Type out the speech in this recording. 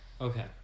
Okay